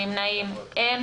נמנעים אין.